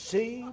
See